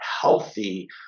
healthy